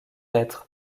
être